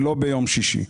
ולא ביום שישי.